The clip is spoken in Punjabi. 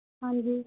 ਹਾਂਜੀ